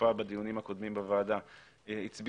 שותפה בדיונים הקודמים בוועדה הצביעה